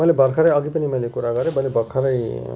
मैले भर्खरै अघि पनि मैले कुरा गरेँ मैले भर्खरै